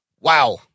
wow